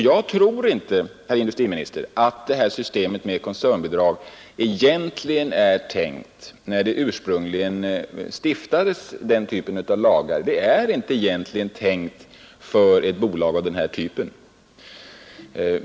Jag tror inte, herr industriminister, att systemet med koncernbidrag när det infördes egentligen var tänkt för bolag av denna typ.